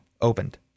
opened